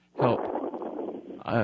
Help